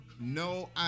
no